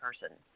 person